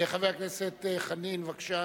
חבר הכנסת חנין, בבקשה.